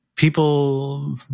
People